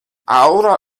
ahora